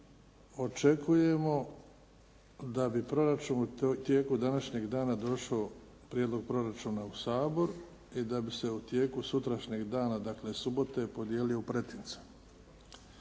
Očekujemo da bi proračun u tijeku današnjeg dana došao, prijedlog proračuna u Sabor i da bi se u tijeku sutrašnjeg dana, dakle subote podijelio u pretince.